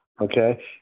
okay